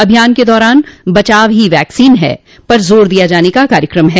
अभियान के दौरान बचाव ही वैक्सीन है पर जोर दिया देने का कार्यकम है